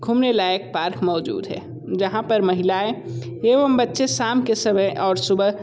घूमने लायक पार्क मौजूद है जहाँ पर महिलाएं एवं बच्चे शाम के समय और सुबह